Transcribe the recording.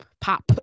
pop